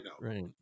right